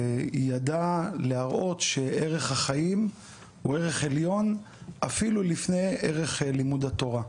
וידע להראות שערך החיים הוא ערך עליון אפילו לפני ערך לימוד התורה.